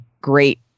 great